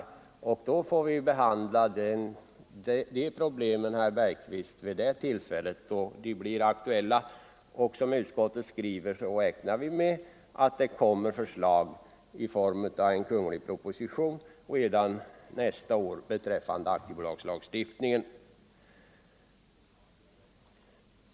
Vi får alltså behandla de problemen när de blir aktuella, herr Bergqvist. Och som utskottet skriver räknar vi med att det redan nästa år läggs fram en proposition om aktiebolagslagstiftningen.